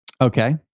Okay